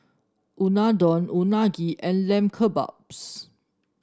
Unadon Unagi and Lamb Kebabs